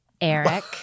Eric